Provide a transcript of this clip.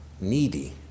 needy